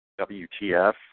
WTF